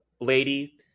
lady